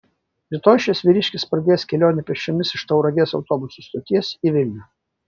rytoj šis vyriškis pradės kelionę pėsčiomis iš tauragės autobusų stoties į vilnių